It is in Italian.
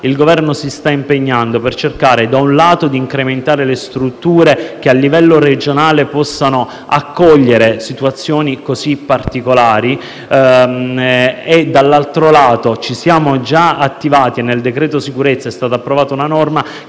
Il Governo si sta impegnando per cercare di incrementare le strutture che, a livello regionale, possano accogliere situazioni così particolari. Tra l'altro, ci siamo già attivati con il decreto sicurezza, approvando una norma